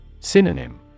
Synonym